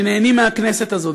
שנהנים מהכנסת הזאת,